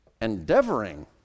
endeavoring